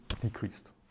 decreased